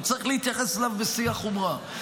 וצריך להתייחס אליו בשיא החומרה,